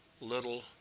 little